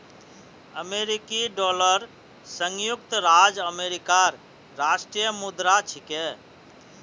अमेरिकी डॉलर संयुक्त राज्य अमेरिकार राष्ट्रीय मुद्रा छिके